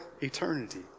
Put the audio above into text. eternity